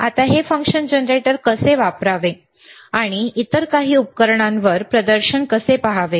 आता हे function generator कसे वापरावे आणि इतर काही उपकरणांवर प्रदर्शन कसे पहावे